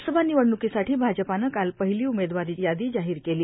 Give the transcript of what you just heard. लोकसभा निवडणुकीसाठी भाजपानं काल पहिली उमेदवारी यादी जाहीर केली